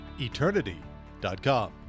eternity.com